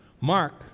Mark